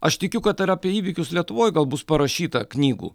aš tikiu kad ir apie įvykius lietuvoj gal bus parašyta knygų